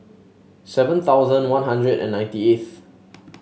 seven thousand One Hundred and ninety eighth